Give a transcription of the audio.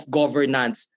governance